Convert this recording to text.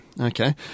okay